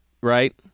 right